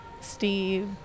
Steve